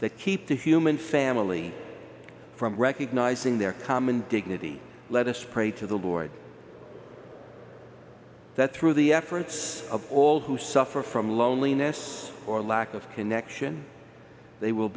that keep the human family from recognizing their common dignity let us pray to the lord that through the efforts of all who suffer from loneliness or lack of connection they will